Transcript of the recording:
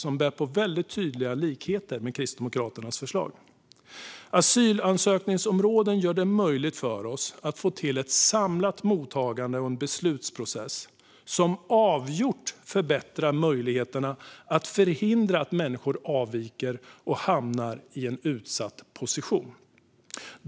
De bär på väldigt tydliga likheter med Kristdemokraternas förslag. Asylansökningsområden gör det möjligt att få ett samlat mottagande och en samlad beslutsprocess som avgjort förbättrar möjligheterna att förhindra att människor avviker och hamnar i en utsatt position.